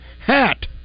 hat